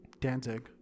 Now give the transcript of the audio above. Danzig